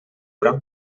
prop